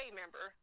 member